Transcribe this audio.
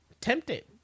tempted